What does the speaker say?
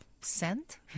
scent